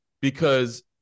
because-